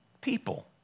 people